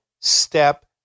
step